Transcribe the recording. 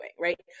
right